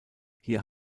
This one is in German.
hier